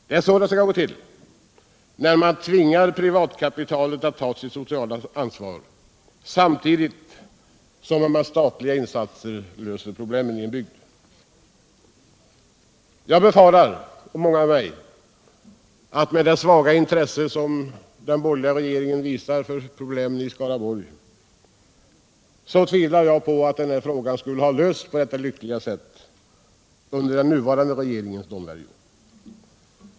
Det är så det skall gå till när man tvingar privatkapitalet att ta sitt sociala ansvar samtidigt som man med statliga insatser löser problemen i en bygd! Med det svaga intresse som den borgerliga regeringen visat för problemen i Skaraborg tillåter jag mig — och många med mig —- att tvivla på att den frågan skulle ha kunnat lösas på detta lyckliga sätt under den nuvarande regeringens domvärjo.